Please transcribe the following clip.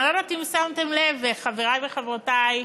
אני לא יודעת אם שמתם לב, חברי וחברותי,